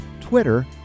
Twitter